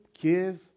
give